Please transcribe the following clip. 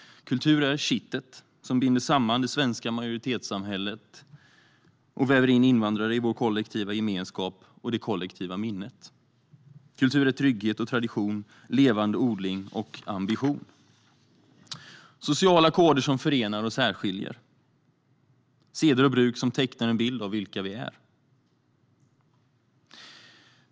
Kultur är kittet som binder samman det svenska majoritetssamhället och väver in invandrare i vår kollektiva gemenskap och det kollektiva minnet. Kultur är trygghet och tradition, levande odling och ambition. Det är sociala koder som förenar och särskiljer. Det är seder och bruk som tecknar en bild av vilka vi är.